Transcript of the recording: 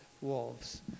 wolves